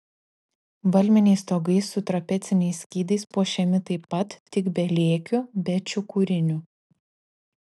valminiai stogai su trapeciniais skydais puošiami taip pat tik be lėkių be čiukurinių